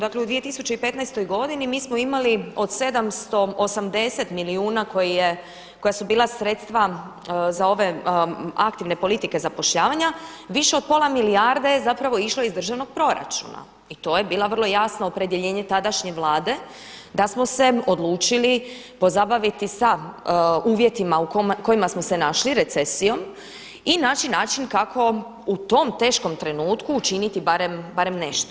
Dakle u 2015. godini mi smo imali od 780 milijuna koja su bila sredstva za aktivne politike zapošljavanja, više od pola milijarde je išlo iz državnog proračuna i to je bilo vrlo jasno opredjeljenje tadašnje Vlade da smo se odlučili pozabaviti sa uvjetima u kojima smo se našli, recesijom i naći način kako u tom teškom trenutku učiniti barem nešto.